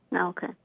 Okay